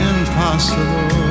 Impossible